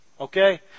okay